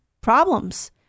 problems